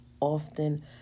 often